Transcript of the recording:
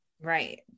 right